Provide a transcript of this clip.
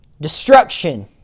destruction